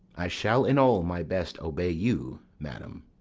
i shall in all my best obey you, madam.